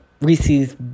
Reese's